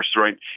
right